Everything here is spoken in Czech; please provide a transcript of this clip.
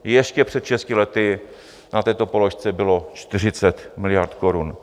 Ještě před šesti lety na této položce bylo 40 miliard korun.